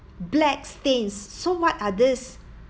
black stains so what others